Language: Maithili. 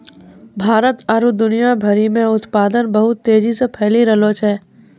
भारत आरु दुनिया भरि मे उत्पादन बहुत तेजी से फैली रैहलो छै